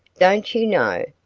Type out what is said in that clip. don't you know?